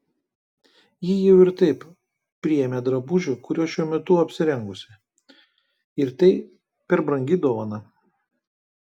ji jau ir taip priėmė drabužį kuriuo šiuo metu apsirengusi ir tai per brangi dovana